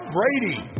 Brady